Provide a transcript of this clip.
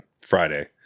friday